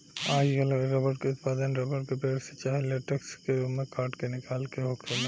आजकल रबर के उत्पादन रबर के पेड़, से चाहे लेटेक्स के रूप में काट के निकाल के होखेला